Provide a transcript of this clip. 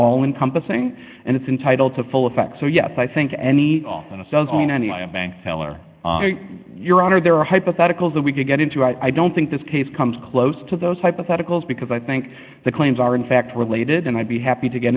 all encompassing and it's entitle to full effect so yes i think any does on any bank teller your honor there are hypotheticals that we could get into i don't think this case comes close to those hypotheticals because i think the claims are in fact related and i'd be happy to get